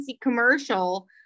commercial